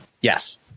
Yes